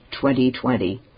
2020